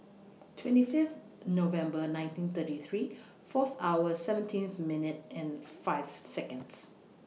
twenty Fifth November nineteen thirty three Fourth hour seventeen minute five Seconds